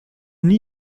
nie